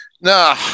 No